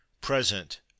present